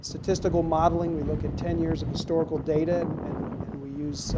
statistical modeling we look at ten years of historical data and and we use